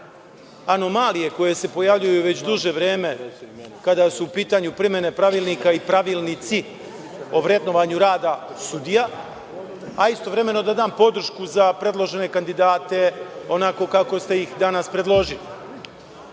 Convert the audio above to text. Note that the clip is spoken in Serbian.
anomalije koje se pojavljuju već duže vreme, kada su u pitanju primene pravilnika i pravilnici o vrednovanju rada sudija, a istovremeno da dam podršku za predložene kandidate onako kako ste ih danas predložili. Uvaženi